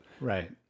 Right